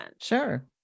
sure